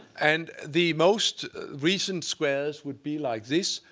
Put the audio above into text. and the most recent squares would be like this,